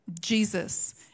Jesus